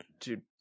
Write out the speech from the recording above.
Dude